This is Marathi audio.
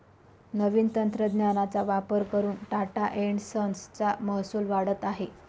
नवीन तंत्रज्ञानाचा वापर करून टाटा एन्ड संस चा महसूल वाढत आहे